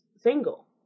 single